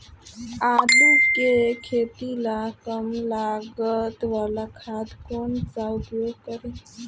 आलू के खेती ला कम लागत वाला खाद कौन सा उपयोग करी?